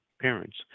parents